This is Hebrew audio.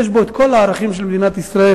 יש בו כל הערכים של מדינת ישראל,